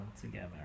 together